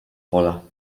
pola